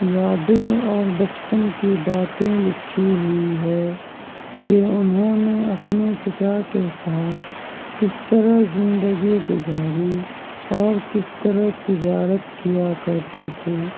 یادیں اور بچپن کی باتیں لکھی ہوئی ہے کہ انہوں نے اپنے چچا کے ساتھ کس طرح زندگی گزاری اور کس طرح تجارت کیا کرتے تھے